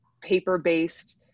paper-based